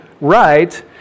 right